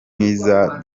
nk’iza